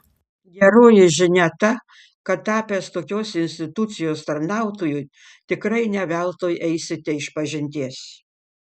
geroji žinia ta kad tapęs tokios institucijos tarnautoju tikrai ne veltui eisite išpažinties